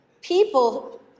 People